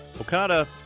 Okada